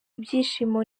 ibyishimo